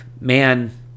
Man